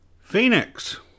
Phoenix